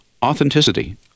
authenticity